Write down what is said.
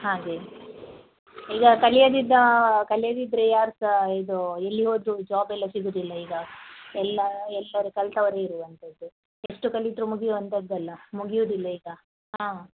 ಹಾಗೇ ಈಗ ಕಲಿಯದಿದ್ದ ಕಲಿಯದಿದ್ದರೆ ಯಾರೂ ಸಹ ಇದು ಎಲ್ಲಿ ಹೋದರು ಜಾಬ್ ಎಲ್ಲ ಸಿಗೋದಿಲ್ಲ ಈಗ ಎಲ್ಲ ಎಲ್ಲರೂ ಕಲ್ತವರೇ ಇರುವಂತದ್ದು ಎಷ್ಟು ಕಲಿತರೂ ಮುಗಿವಂತದ್ದು ಅಲ್ಲ ಮುಗಿಯುದಿಲ್ಲ ಈಗ ಹಾಂ